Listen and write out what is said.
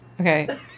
Okay